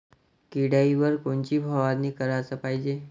किड्याइवर कोनची फवारनी कराच पायजे?